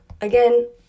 again